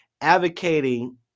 advocating